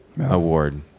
award